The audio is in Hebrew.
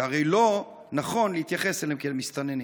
שהרי לא נכון להתייחס אליהם כאל מסתננים?